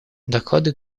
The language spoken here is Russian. доклады